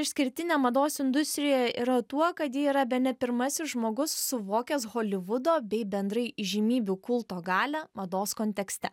išskirtinė mados industrijoje yra tuo kad ji yra bene pirmasis žmogus suvokęs holivudo bei bendrai įžymybių kulto galią mados kontekste